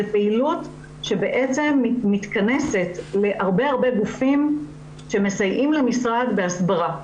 זאת פעילות שבעצם מתכנסת להרבה גופים שמסייעים למשרד בהסברה.